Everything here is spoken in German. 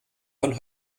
von